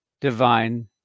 divine